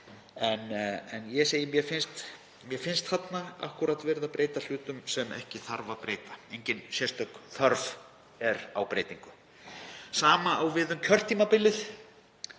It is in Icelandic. Ég segi: Mér finnst þarna akkúrat verið að breyta hlutum sem ekki þarf að breyta. Það er engin sérstök þörf á breytingu. Sama á við um kjörtímabilið.